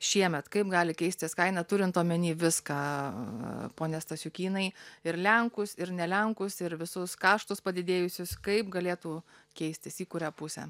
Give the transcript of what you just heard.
šiemet kaip gali keistis kaina turint omeny viską a pone stasiukynai ir lenkus ir ne lenkus ir visus kaštus padidėjusius kaip galėtų keistis į kurią pusę